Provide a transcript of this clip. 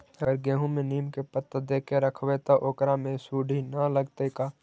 अगर गेहूं में नीम के पता देके यखबै त ओकरा में सुढि न लगतै का?